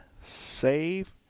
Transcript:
save